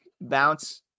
bounce